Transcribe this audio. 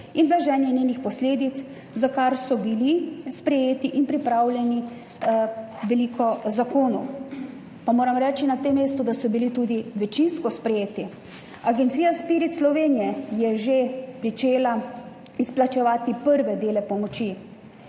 in blaženje njenih posledic, za kar je bilo sprejetih in pripravljenih veliko zakonov, pa moram na tem mestu reči, da so bili tudi večinsko sprejeti. Agencija SPIRIT Slovenija je že pričela izplačevati prve dele pomoči.